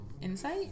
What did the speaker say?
Insight